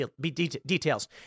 details